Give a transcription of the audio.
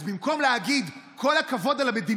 ואתה מסכים איתי שלא נבטל את התוספת.